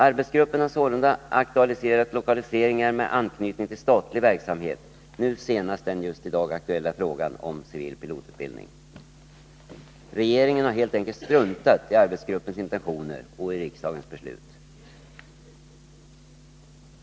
Arbetsgruppen har sålunda aktualiserat lokaliseringar med anknytning till statlig verksamhet, nu senast den just i dag aktuella frågan om civil pilotutbildning. Regeringen har helt enkelt struntat i arbetsgruppens intentioner och i riksdagens beslut.